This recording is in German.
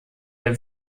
der